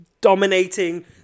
dominating